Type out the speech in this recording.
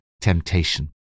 temptation